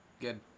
Good